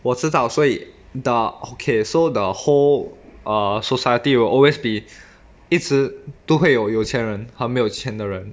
我知道所以 the okay so the whole uh society will always be 一直都会有有钱人和没有钱的人